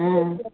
ம்